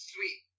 Sweet